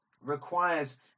requires